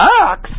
ox